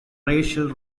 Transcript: racial